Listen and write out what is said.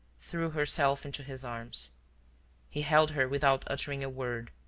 threw herself into his arms he held her without uttering a word,